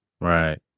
Right